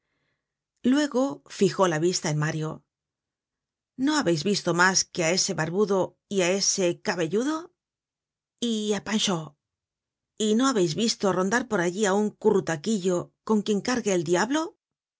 luego fijó la vista en mario no habeis visto mas que á ese barbudo y á ese cabelludo y á panchaud y no habeis visto rondar por allí á un currutaquillo con quien cargue el diablo